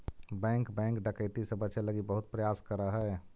bank bank डकैती से बचे लगी बहुत प्रयास करऽ हइ